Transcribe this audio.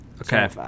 okay